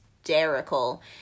hysterical